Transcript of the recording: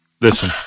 Listen